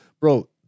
Bro